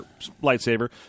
lightsaber